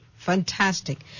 Fantastic